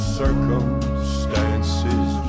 circumstances